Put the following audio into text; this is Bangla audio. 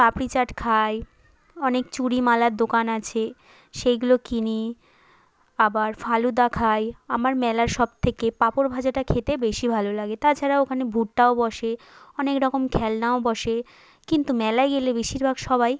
পাপড়ি চাট খাই অনেক চুরি মালার দোকান আছে সেইগুলো কিনি আবার ফালুদা খাই আমার মেলার সবথেকে পাঁপড় ভাজাটা খেতে বেশি ভালো লাগে তাছাড়াও ওখানে ভুট্টাও বসে অনেক রকম খেলনাও বসে কিন্তু মেলায় গেলে বেশিরভাগ সবাই